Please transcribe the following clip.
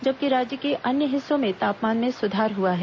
जबकि राज्य के अन्य हिस्सों में तापमान में सुधार हुआ है